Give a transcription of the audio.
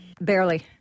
Barely